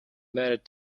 married